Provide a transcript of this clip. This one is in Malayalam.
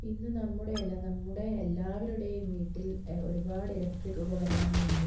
ഇന്ന് നമ്മുടെയെല്ലാം നമ്മുടെ എല്ലാവരുടെയും വീട്ടിൽ ഒരുപാട് ഇലക്ട്രിക് ഉപകരണങ്ങളുണ്ട്